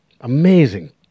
amazing